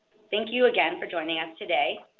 thank you again for joining us today.